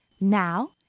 Now